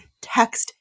text